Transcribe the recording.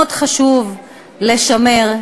מאוד חשוב לשמר,